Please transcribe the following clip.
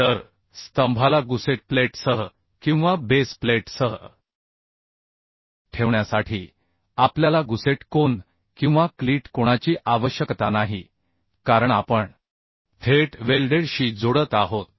तर स्तंभाला गुसेट प्लेटसह किंवा बेस प्लेटसह ठेवण्यासाठी आपल्याला गुसेट कोन किंवा क्लीट कोणाची आवश्यकता नाही कारण आपण थेट वेल्डेड शी जोडत आहोत